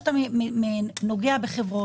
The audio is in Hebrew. האם אין כאן השלכות רוחב?